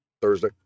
Thursday